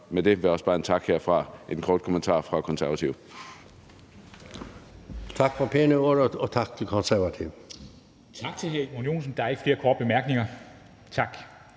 med det også bare en tak herfra, en kort kommentar fra Konservative.